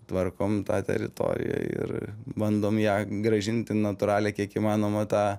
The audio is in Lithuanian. tvarkom tą teritoriją ir bandom ją grąžinti natūralią kiek įmanoma tą